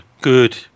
good